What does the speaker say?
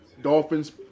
Dolphins